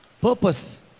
Purpose